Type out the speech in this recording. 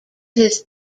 his